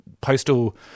postal